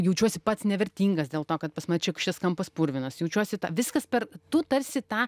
jaučiuosi pats nevertingas dėl to kad pas ma čia šis kampas purvinas jaučiuosi viskas per tu tarsi tą